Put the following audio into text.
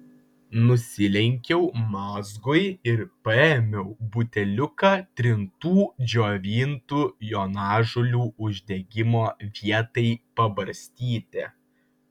nusilenkiau mazgui ir paėmiau buteliuką trintų džiovintų jonažolių uždegimo vietai pabarstyti